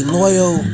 loyal